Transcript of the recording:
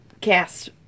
cast